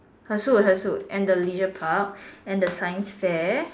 her suit her suit and the leisure park and the science fair